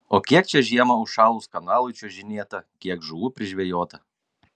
o kiek čia žiemą užšalus kanalui čiuožinėta kiek žuvų prižvejota